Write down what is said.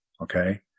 okay